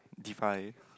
define